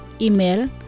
Email